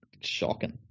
Shocking